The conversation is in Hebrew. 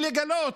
לגלות